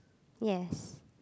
yes